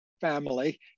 family